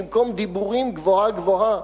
במקום דיבורים גבוהה-גבוהה,